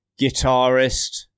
guitarist